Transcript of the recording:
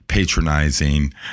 Patronizing